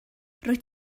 rwyt